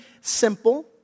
simple